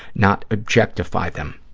not objectify them.